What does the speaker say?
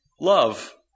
love